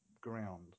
ground